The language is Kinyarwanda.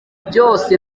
byose